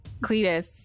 Cletus